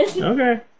Okay